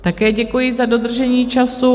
Také děkuji za dodržení času.